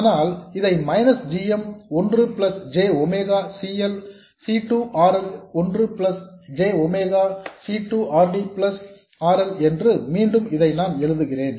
அதனால் இதை minus g m ஒன்று plus j omega C 2 R L ஒன்று plus j omega C 2 R D plus R L என்று மீண்டும் இதை நான் எழுதுகிறேன்